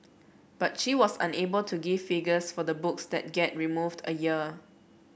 but she was unable to give figures for the books that get removed a year